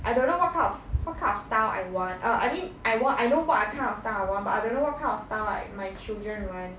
I don't know what kind of what kind of style I want err I mean I want I know what I kind of style I want but I don't know what kind of style like my children will want